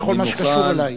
בכל מה שקשור אלי.